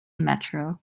metro